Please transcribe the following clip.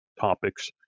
topics